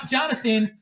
Jonathan